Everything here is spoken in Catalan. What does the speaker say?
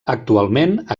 actualment